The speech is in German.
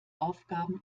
aufgaben